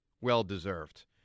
well-deserved